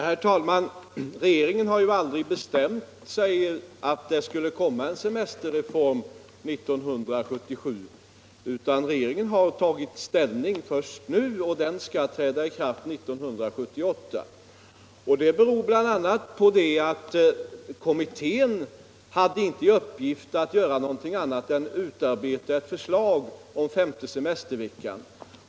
Herr talman! Regeringen har ju aldrig bestämt sig för att det skulle genomföras en semesterreform 1977, utan regeringen har tagit ställning först nu, och reformen skall träda i kraft 1978. Det beror bl.a. på att kommittén inte hade i uppgift att göra någonting annat än att utarbeta ett förslag om den femte semesterveckan.